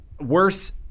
worse